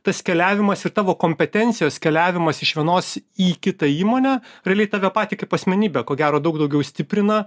tas keliavimas ir tavo kompetencijos keliavimas iš vienos į kitą įmonę realiai tave patį kaip asmenybę ko gero daug daugiau stiprina